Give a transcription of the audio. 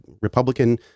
republican